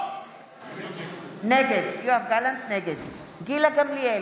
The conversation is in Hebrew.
נגד גילה גמליאל,